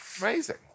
amazing